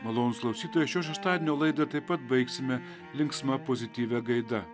malonūs klausytojai šio šeštadienio laidą taip pat baigsime linksma pozityvia gaida